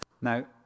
Now